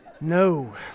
No